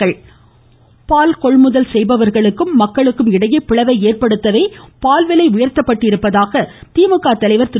ம் ம் ம் ம் ம் ம் ம ஸ்டாலின் பால்கொள்முதல் செய்பவர்களுக்கும் மக்களுக்கும் இடையே பிளவை ஏற்படுத்தவே பால் விலை உயர்த்தப்பட்டிருப்பதாக திமுக தலைவர் திரு